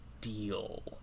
deal